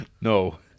No